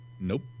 Nope